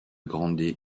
grande